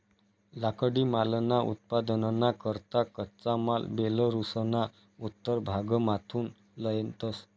लाकडीमालना उत्पादनना करता कच्चा माल बेलारुसना उत्तर भागमाथून लयतंस